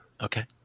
Okay